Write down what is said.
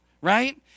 right